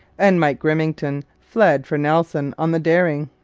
and mike grimmington fled for nelson on the dering.